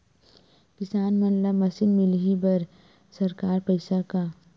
किसान मन ला मशीन मिलही बर सरकार पईसा का?